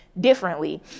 differently